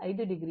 5 o